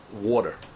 water